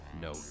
No